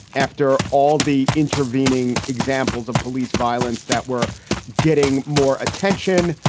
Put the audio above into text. after all the intervening examples of police violence that were getting more attention,